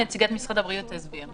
נציגת משרד הבריאות תסביר.